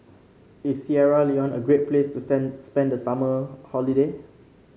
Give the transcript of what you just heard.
is Sierra Leone a great place to sand spend the summer holiday